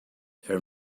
there